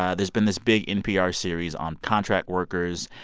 ah there's been this big npr series on contract workers,